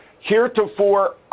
heretofore